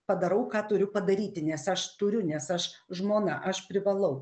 padarau ką turiu padaryti nes aš turiu nes aš žmona aš privalau